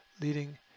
Leading